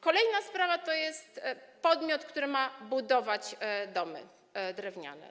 Kolejna sprawa to jest podmiot, który ma budować domy drewniane.